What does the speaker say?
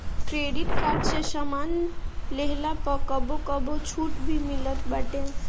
credit card से सामान लेहला पअ कबो कबो छुट भी मिलत बाटे